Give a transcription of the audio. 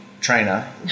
trainer